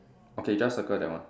okay just circle that one